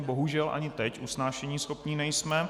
Bohužel ani teď usnášeníschopní nejsme.